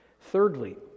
Thirdly